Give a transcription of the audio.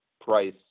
price